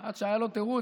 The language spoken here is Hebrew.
עד שהיה לו תירוץ,